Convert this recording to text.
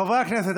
חברי הכנסת,